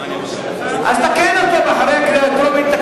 אבל החוק שלך, אז תקן אותו אחרי קריאה טרומית.